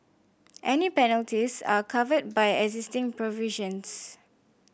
any penalties are covered by existing provisions